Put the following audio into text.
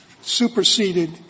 superseded